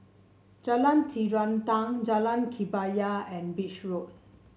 Jalan Terentang Jalan Kebaya and Beach Road